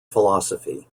philosophy